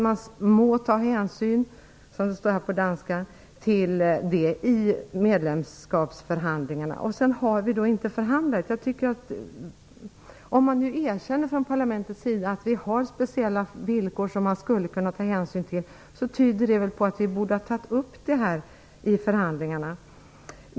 Man må ta hänsyn till det i medlemskapsförhandlingarna, står det. Men vi har inte förhandlat om det. Om nu Europaparlamentet erkänner att vi har speciella villkor som man skulle kunna ta hänsyn till, tyder det på att vi borde ha tagit upp detta i förhandlingarna.